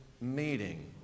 meeting